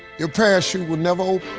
your parachute will never